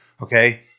okay